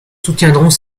soutiendrons